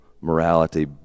morality